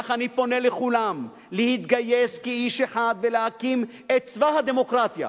כך אני פונה לכולם להתגייס כאיש אחד ולהקים את צבא הדמוקרטיה.